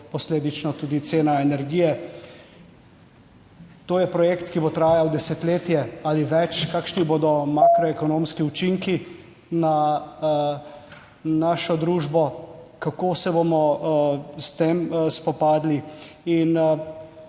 posledično tudi cena energije. To je projekt, ki bo trajal desetletje ali več. Kakšni bodo makroekonomski učinki na našo družbo, kako se bomo s tem spopadli.